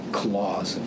claws